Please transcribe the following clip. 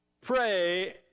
pray